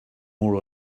more